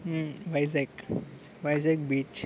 Vizag Vizag beach